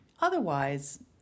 Otherwise